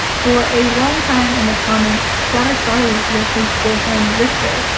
for a long time in the comics, shatter star was with his boyfriend ricter,